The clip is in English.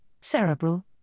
cerebral